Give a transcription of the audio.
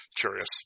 curious